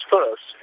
First